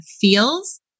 feels